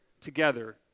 together